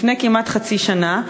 לפני כמעט חצי שנה.